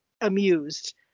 amused